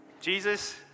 Jesus